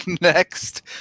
next